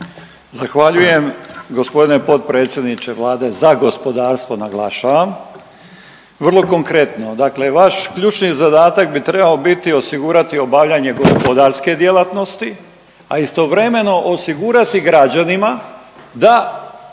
Zahvaljujem. Gospodine potpredsjedniče Vlade za gospodarstvo naglašavam, vrlo konkretno dakle vaš ključni zadatak bi trebao biti osigurati obavljanje gospodarske djelatnosti, a istovremeno osigurati građanima da